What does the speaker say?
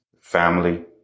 family